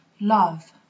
Love